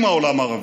עם העולם הערבי,